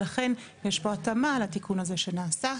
ולכן יש פה התאמה לתיקון הזה שנעשה,